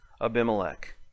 Abimelech